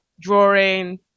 drawing